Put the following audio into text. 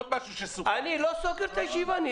אני לא סוגר את הישיבה.